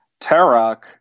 Tarak